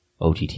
OTT